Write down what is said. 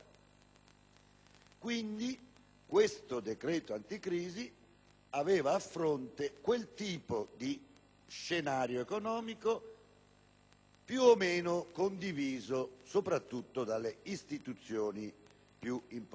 questo decreto anticrisi aveva di fronte quel tipo di scenario economico, più o meno condiviso soprattutto dalle istituzioni più importanti;